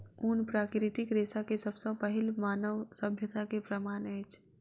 ऊन प्राकृतिक रेशा के सब सॅ पहिल मानव सभ्यता के प्रमाण अछि